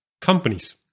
companies